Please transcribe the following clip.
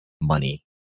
money